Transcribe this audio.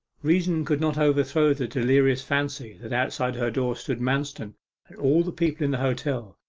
reason could not overthrow the delirious fancy that outside her door stood manston and all the people in the hotel,